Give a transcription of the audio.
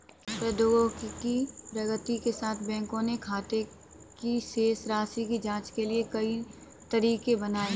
प्रौद्योगिकी की प्रगति के साथ, बैंकों ने खाते की शेष राशि की जांच के लिए कई तरीके बनाए है